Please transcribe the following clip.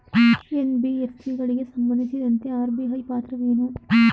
NBFC ಗಳಿಗೆ ಸಂಬಂಧಿಸಿದಂತೆ RBI ಪಾತ್ರವೇನು?